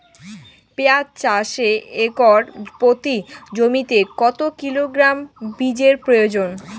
পেঁয়াজ চাষে একর প্রতি জমিতে কত কিলোগ্রাম বীজের প্রয়োজন?